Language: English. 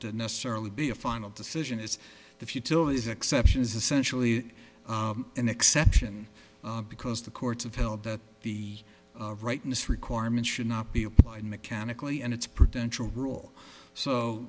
to necessarily be a final decision is the futilities exception is essentially an exception because the courts have held that the rightness requirement should not be applied mechanically and it's prevention rule so